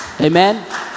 Amen